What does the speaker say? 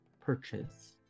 purchase